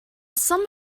some